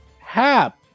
Hap